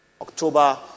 October